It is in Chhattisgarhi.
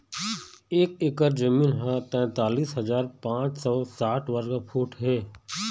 एक एकर जमीन ह तैंतालिस हजार पांच सौ साठ वर्ग फुट हे